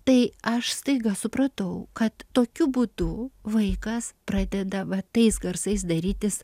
tai aš staiga supratau kad tokiu būdu vaikas pradeda va tais garsais darytis